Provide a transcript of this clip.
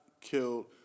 killed